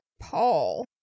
Paul